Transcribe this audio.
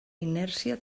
inèrcia